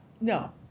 no